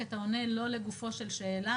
כי אתה עונה לא לגופה של שאלה,